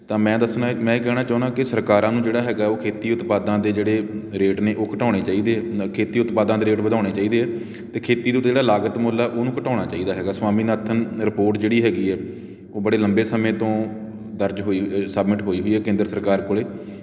ਤਾਂ ਮੈਂ ਦੱਸਣਾ ਮੈਂ ਕਹਿਣਾ ਚਾਹੁੰਦਾ ਕਿ ਸਰਕਾਰਾਂ ਨੂੰ ਜਿਹੜਾ ਹੈਗਾ ਉਹ ਖੇਤੀ ਉਤਪਾਦਾਂ ਦੇ ਜਿਹੜੇ ਰੇਟ ਨੇ ਉਹ ਘਟਾਉਣੇ ਚਾਹੀਦੇ ਹੈ ਖੇਤੀ ਉਤਪਾਦਾਂ ਦੇ ਰੇਟ ਵਧਾਉਣੇ ਚਾਹੀਦੇ ਹੈ ਅਤੇ ਖੇਤੀ ਤੋਂ 'ਤੇ ਜਿਹੜਾ ਲਾਗਤ ਮੁੱਲ ਆ ਉਹਨੂੰ ਘਟਾਉਣਾ ਚਾਹੀਦਾ ਹੈਗਾ ਸਵਾਮੀਨਾਥਨ ਰਿਪੋਰਟ ਜਿਹੜੀ ਹੈਗੀ ਹੈ ਉਹ ਬੜੇ ਲੰਬੇ ਸਮੇਂ ਤੋਂ ਦਰਜ ਹੋਈ ਸਬਮਿਟ ਹੋਈ ਹੋਈ ਹੈ ਕੇਂਦਰ ਸਰਕਾਰ ਕੋਲ